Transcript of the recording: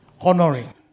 Honoring